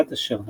עד אשר נפלה.